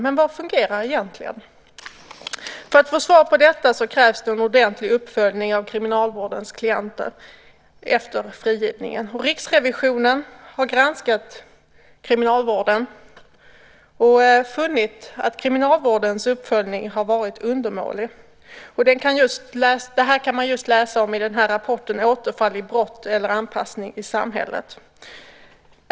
Men vad är det som fungerar egentligen? För att få svar på detta krävs det en ordentlig uppföljning av kriminalvårdens klienter efter frigivningen. Riksrevisionen har granskat kriminalvården och funnit att kriminalvårdens uppföljning har varit undermålig. Det här kan man läsa om i rapporten Återfall i brott eller anpassning till samhället?